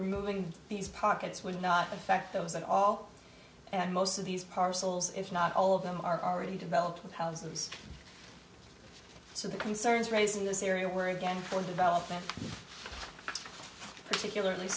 removing these pockets would not affect those at all and most of these parcels if not all of them are already developed with houses so the concerns raised in this area were again for development particularly